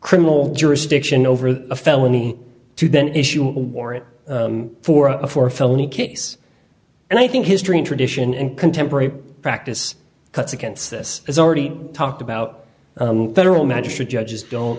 criminal jurisdiction over a felony to then issue a warrant for a four felony case and i think history and tradition and contemporary practice cuts against this is already talked about federal magistrate judges don't